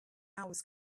hours